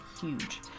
huge